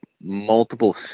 multiple